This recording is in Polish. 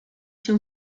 się